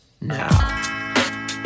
now